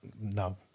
no